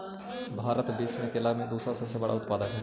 भारत विश्व में केला के दूसरा सबसे बड़ा उत्पादक हई